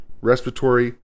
Respiratory